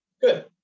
Good